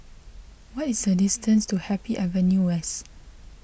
what is the distance to Happy Avenue West